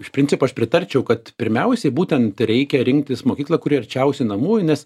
iš principo aš pritarčiau kad pirmiausiai būtent reikia rinktis mokyklą kuri arčiausia namų nes